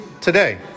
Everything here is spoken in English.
Today